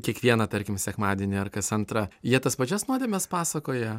kiekvieną tarkim sekmadienį ar kas antrą jie tas pačias nuodėmes pasakoja